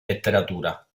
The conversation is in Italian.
letteratura